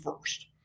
first